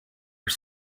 are